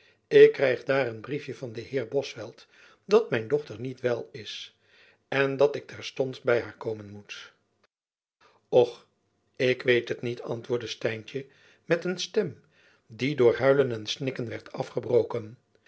ik krijg daar een briefjen van den heer bosveldt dat mijn dochter niet wel is en dat ik terstond by haar komen moet och ik weit het niet antwoordde stijntjen met een stem die door huilen en snikken werd afgebroken